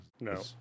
No